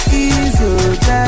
easy